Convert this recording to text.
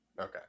Okay